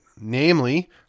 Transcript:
namely